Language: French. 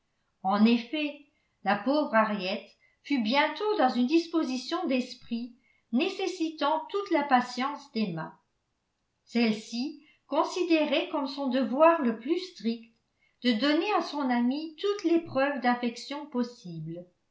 en effet la pauvre henriette fut bientôt dans une disposition d'esprit nécessitant toute la patience d'emma celle-ci considérait comme son devoir le plus strict de donner à son amie toutes les preuves d'affection possibles